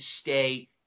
stay